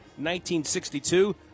1962